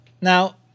now